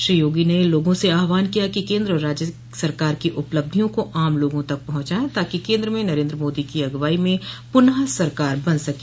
श्री योगी ने लोगों से आहवान किया कि केन्द्र और राज्य सरकार की उपलब्धियों को आम लोगों तक पहुंचायें ताकि कोन्द्र में नरेन्द्र मोदी की अगुवाई में पुनः सरकार बन सके